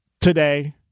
today